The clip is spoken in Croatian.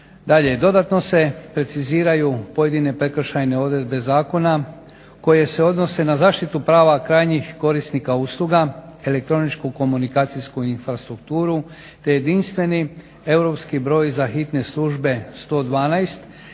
dodatno se preciziraju pojedine prekršajne odredbe zakona koje se odnose na zaštitu prava krajnjih korisnika usluga, elektroničko-komunikaciju infrastrukturu te jedinstveni europski broj za hitne službe 112